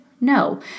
No